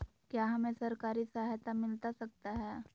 क्या हमे सरकारी सहायता मिलता सकता है?